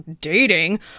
dating